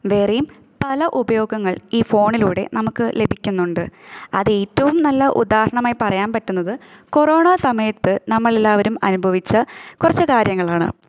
വേറെയും പല ഉപയോഗങ്ങൾ ഈ ഫോണിലൂടെ നമുക്ക് ലഭിക്കുന്നുണ്ട് അത് ഏറ്റവും നല്ല ഉദാഹരണമായി പറയാൻ പറ്റുന്നത് കൊറോണ സമയത്ത് നമ്മൾ എല്ലാവരും അനുഭവിച്ച കുറച്ച് കാര്യങ്ങളാണ്